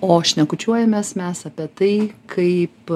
o šnekučiuojamės mes apie tai kaip